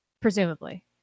presumably